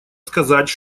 сказать